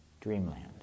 dreamland